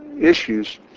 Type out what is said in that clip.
issues